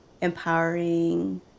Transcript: empowering